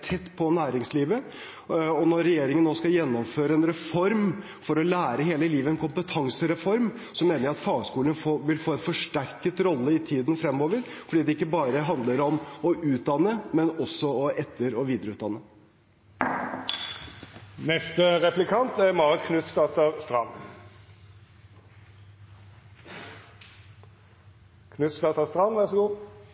tett på næringslivet, og når regjeringen nå skal gjennomføre en reform, Lære hele livet, en kompetansereform, mener jeg at fagskolene vil få en forsterket rolle i tiden fremover, fordi det ikke bare handler om å utdanne, men også om å etter- og videreutdanne. Det er